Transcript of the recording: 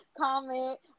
comment